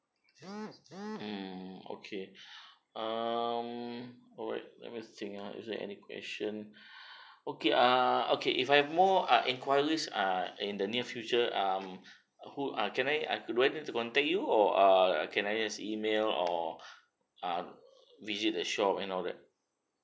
mm okay um alright let me think ah is there any question okay err okay if I have more uh enquiries err in the near future um who are can I ah do I need to contact you or err can I just email or ah visit the shop and all that